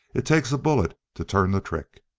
it takes a bullet to turn the trick!